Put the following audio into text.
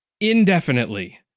Indefinitely